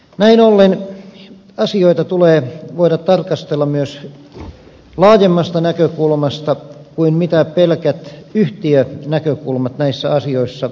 näin ollen asioita tulee voida tarkastella myös laajemmasta näkökulmasta kuin mitä pelkät yhtiönäkökulmat näissä asioissa merkitsevät